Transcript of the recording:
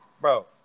bro